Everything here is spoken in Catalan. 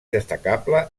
destacable